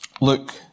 look